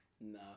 No